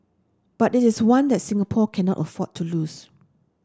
but it is one that Singapore cannot afford to lose